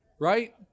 right